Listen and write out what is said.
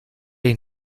dich